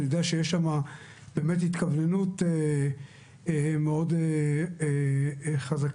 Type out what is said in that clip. אני יודע שיש שם באמת התכווננות מאוד חזקה,